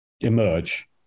emerge